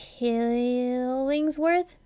Killingsworth